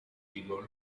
eagle